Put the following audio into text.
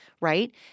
right